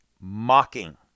mocking